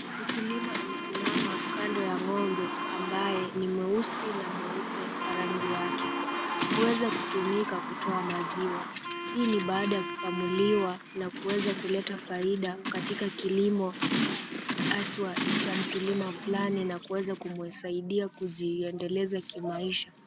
Mkulima amesimama kando ya ng'ombe ambaye ni mweusi na mweupe kwa rangi yake. Huweza kutumika kutoa maziwa. Hii ni baada ya kukamuliwa na kuweza kuleta faida katika kilimo haswa cha mkulima fulani na kuweza kumsaidia kujiendeleza kimaisha.